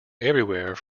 everywhere